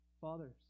Fathers